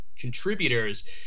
contributors